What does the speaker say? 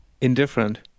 Indifferent